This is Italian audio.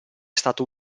stato